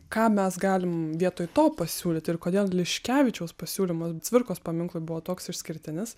ką mes galim vietoj to pasiūlyti ir kodėl liškevičiaus pasiūlymas cvirkos paminklui buvo toks išskirtinis